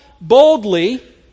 boldly